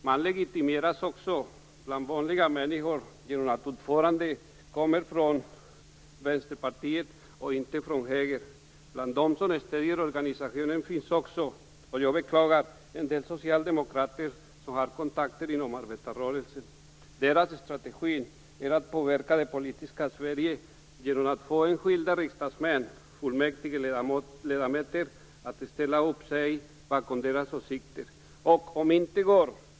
Man legitimeras också bland vanliga människor genom att ordföranden kommer från Vänsterpartiet, inte från höger. Bland dem som styr organisationen finns det också, vilket jag beklagar, en del socialdemokrater med kontakter inom arbetarrörelsen. Strategin är att påverka det politiska Sverige genom att få enskilda riksdagsmän och fullmäktigeledamöter att ställa sig bakom de åsikter som de här personerna har.